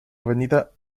avenida